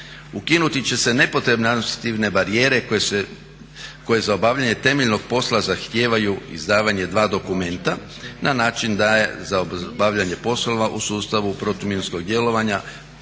Ukinuti će se nepotrebne administrativne barijere koje za obavljanje temeljnog posla zahtijevaju izdavanje dva dokumenta na način da je za obavljanje poslova u sustavu protuminskog djelovanja